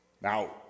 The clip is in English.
Now